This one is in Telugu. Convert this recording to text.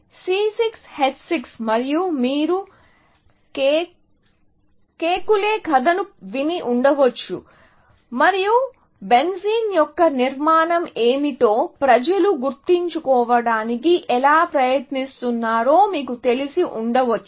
C6 H6 మరియు మీరు కెకులే కథను విని ఉండవచ్చు మరియు బెంజీన్ యొక్క నిర్మాణం ఏమిటో ప్రజలు గుర్తించడానికి ఎలా ప్రయత్నిస్తున్నారో మీకు తెలిసి ఉండవచ్చు